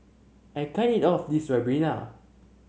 I can't eat all of this Ribena